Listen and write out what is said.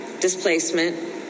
displacement